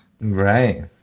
Right